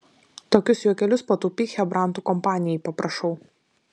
tokius juokelius pataupyk chebrantų kompanijai paprašau